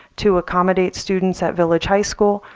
to accommodate students at village high school.